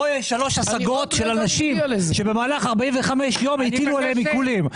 פה יש שלוש השגות של אנשים שבמהלך 45 הטילו עליהם עיקולים.